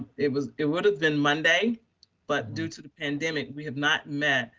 it was, it would have been monday but due to the pandemic, we have not met,